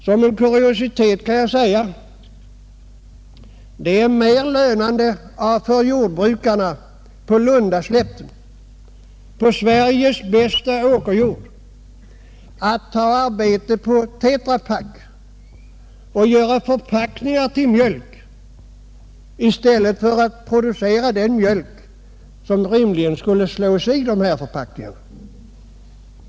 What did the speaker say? Som en kuriositel kan jag nämna att det är mer lönande för jordbrukarna på Lundaslätten — Sveriges bästa åkerjord - att ta arbete på Tetrapack och göra förpackningar till mjölk än att producera den miölk som rimligen skall slås i dessa förpackningar.